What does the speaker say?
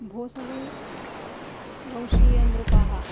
Bhosle वंशीयनृपाः